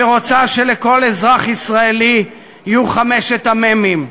שרוצה שלכל אזרח ישראלי יהיו חמשת המ"מים: